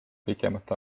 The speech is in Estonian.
pikemat